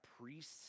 priests